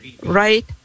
right